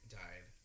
died